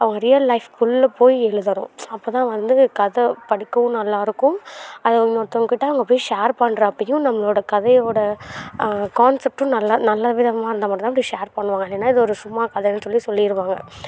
அவங்க ரியல் லைஃப்க்குள்ள போய் எழுதணும் அப்போது தான் வந்து கதை படிக்கவும் நல்லா இருக்கும் அதை இன்னொருத்தவங்கக்கிட்ட அவங்க போய் ஷேர் பண்ணுற அப்பயும் நம்மளோடய கதையோடய கான்செப்ட்டும் நல்லா நல்ல விதமாக இருந்தால் மட்டுந்தான் இப்படி ஷேர் பண்ணுவாங்கள் இல்லைன்னா இது ஒரு சும்மா கதைன்னு சொல்லி சொல்லிடுவாங்க